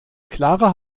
klare